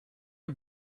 are